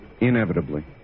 inevitably